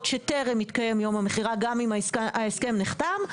שטרם התקיים יום המכירה גם אם ההסכם נחתם.